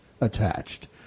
attached